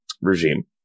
regime